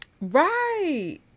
Right